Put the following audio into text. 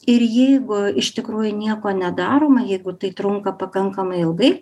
ir jeigu iš tikrųjų nieko nedaroma jeigu tai trunka pakankamai ilgai